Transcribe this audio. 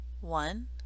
one